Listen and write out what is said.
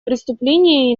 преступления